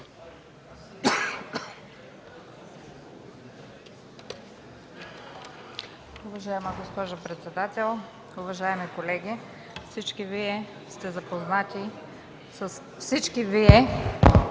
Уважаема госпожо председател, уважаеми колеги! Всички Вие сте запознати с възникналите